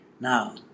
now